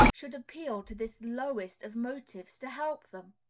should appeal to this lowest of motives to help them!